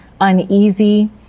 uneasy